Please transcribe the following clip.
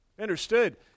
Understood